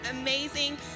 amazing